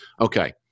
okay